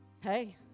Hey